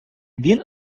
він